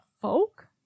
folk